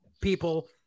people